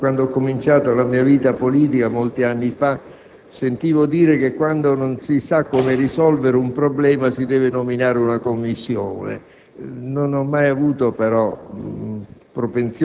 Quando ho iniziato la mia vita politica, molti anni fa, sentivo dire che quando non si sa come risolvere un problema si nomina una Commissione; non ho mai avuto, però,